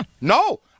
No